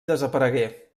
desaparegué